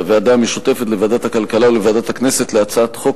בוועדה המשותפת לוועדת הכלכלה ולוועדת הכנסת להצעת חוק